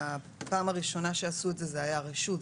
בפעם הראשונה כשעשו את זה זה היה רשות,